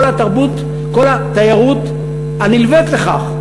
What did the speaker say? כל התיירות הנלווית לכך.